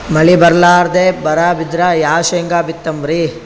ಮಳಿ ಬರ್ಲಾದೆ ಬರಾ ಬಿದ್ರ ಯಾ ಶೇಂಗಾ ಬಿತ್ತಮ್ರೀ?